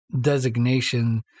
designation